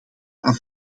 aan